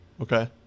Okay